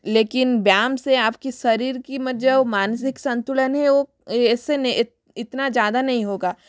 लेकिन व्यायाम से आप के शरीर की में जो मानसिक संतुलन है इस से इतना ज़्यादा नहीं होगा